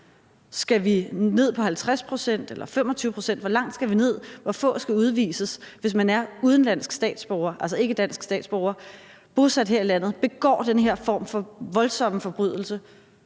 Skal vi ned på 50 pct. eller 25 pct.? Hvor langt skal vi ned? Hvor få skal udvises? Hvis man er en udenlandsk statsborger, altså en ikkedansk statsborger, bosat her i landet og man begår den her form for voldsomme forbrydelse,